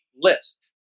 list